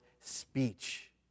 speech